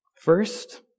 First